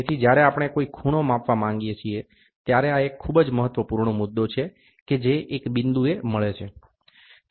તેથી જ્યારે આપણે કોઈ ખૂણો માપવા માંગીએ છીએ ત્યારે આ એક ખૂબ જ મહત્વપૂર્ણ મુદ્દો છે કે જે એક બિંદુએ મળે છે